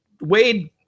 Wade